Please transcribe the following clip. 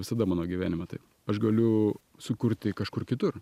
visada mano gyvenime taip aš galiu sukurti kažkur kitur